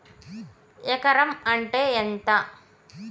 ఎకరం అంటే ఎంత?